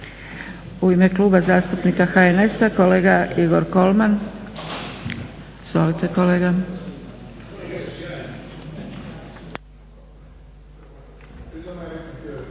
U ime Kluba zastupnika HNS-a kolega Igor Kolman. Izvolite kolega.